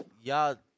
y'all